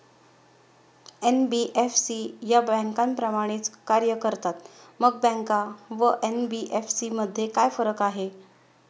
NBFC या बँकांप्रमाणेच कार्य करतात, मग बँका व एन.बी.एफ.सी मध्ये काय फरक आहे?